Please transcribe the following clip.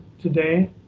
today